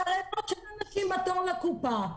ערמות של אנשים בתור לקופה,